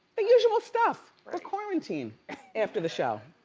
the usual stuff. the quarantine after the show.